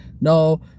no